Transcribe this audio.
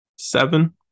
seven